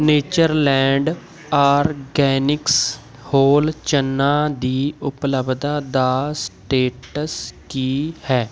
Natureland Organics whole chana ਦੀ ਉਪਲਬਧਤਾ ਦਾ ਸਟੇਟਸ ਕੀ ਹੈ